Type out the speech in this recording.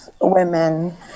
women